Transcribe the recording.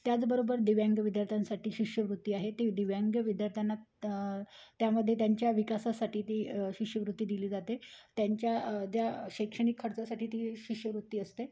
त्याचबरोबर दिव्यांग विद्यार्थ्यांसाठी शिष्यवृत्ती आहे ती दिव्यांग विद्यार्थ्यांना त्यामध्ये त्यांच्या विकासासाठी ती शिष्यवृत्ती दिली जाते त्यांच्या ज्या शैक्षणिक खर्चासाठी ती शिष्यवृत्ती असते